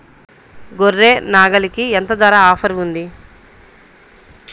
గొర్రె, నాగలికి ఎంత ధర ఆఫర్ ఉంది?